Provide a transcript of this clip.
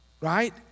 Right